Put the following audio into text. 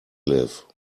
live